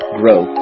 grow